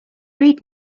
read